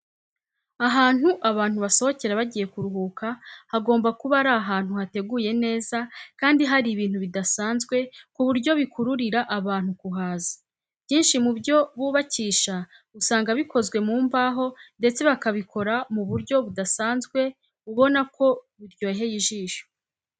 Ahantu abantu basohokera bagiye kuruhuka, hagomba kuba ari ahantu hateguye neza kandi hari ibintu bidasamzwe ku buryo bikururira abantu kuhaza. Ibyinshi mu byo bubakisha usanga bikozwe mu mbaho ndetse bakabikora mu buryo budasanzwe ubona ko buryoheye ijisho.